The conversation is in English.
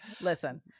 listen